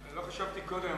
אני לא חשבתי קודם,